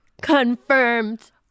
confirmed